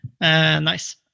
Nice